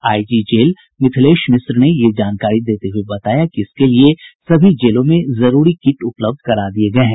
IG jail Mithilesh Mishra ने यह जानकारी देते हुए बताया इसके लिए सभी जेलों में जरूरी किट उपलब्ध करा दिये गये हैं